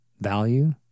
value